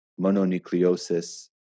mononucleosis